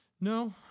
No